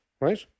right